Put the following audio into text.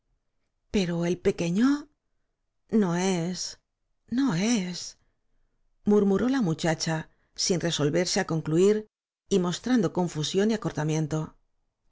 pero el pequeño no e s no e s murmuró la muchacha sin resolverse á concluir y mostrando confusión y acortamiento